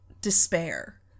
despair